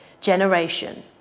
generation